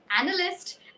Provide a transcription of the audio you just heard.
analyst